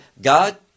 god